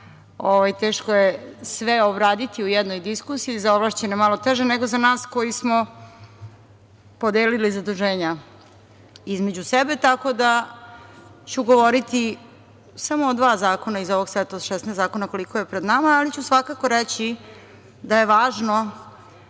teško je sve obraditi u jednoj diskusiji, za ovlašćene malo teže nego za nas koji smo podelili zaduženja između sebe. Tako da ću govoriti samo o dva zakona iz ovog seta od 16 zakona koliko je pred nama, ali ću svakako reći da je važno